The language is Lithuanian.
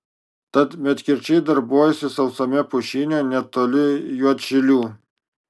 tad medkirčiai darbuojasi sausame pušyne netoli juodšilių